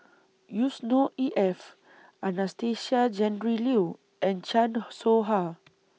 Yusnor E F Anastasia Tjendri Liew and Chan Soh Ha